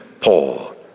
Paul